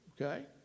okay